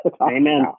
Amen